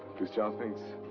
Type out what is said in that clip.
christian thinks.